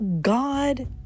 God